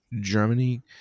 Germany